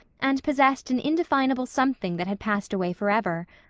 and possessed an indefinable something that had passed away forever.